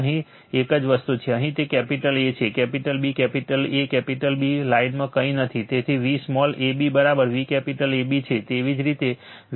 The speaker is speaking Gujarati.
અહીં તે જ વસ્તુ છે અહીં તે કેપિટલ A છે capital B capital A capital B લાઇનમાં કંઈ નથી તેથી V small ab V capital AB છે એવી જ રીતે Vbc એંગલ VBC છે